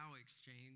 exchange